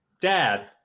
dad